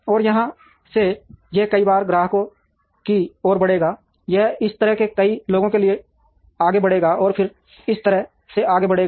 और यहां से यह कई बाहरी ग्राहकों की ओर बढ़ेगा यह इस तरह से कई लोगों के लिए आगे बढ़ेगा और फिर यह इस तरह से आगे बढ़ेगा